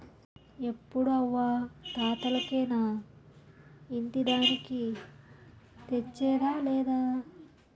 ఎప్పుడూ అవ్వా తాతలకేనా ఇంటి దానికి తెచ్చేదా లేదా